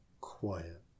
Quiet